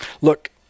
look